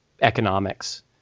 economics